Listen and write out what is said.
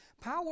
power